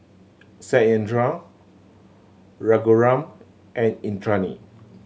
Satyendra Raghuram and Indranee